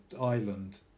island